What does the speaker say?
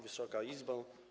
Wysoka Izbo!